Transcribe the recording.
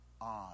on